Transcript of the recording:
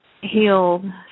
healed